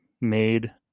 made